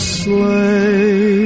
sleigh